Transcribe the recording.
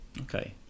Okay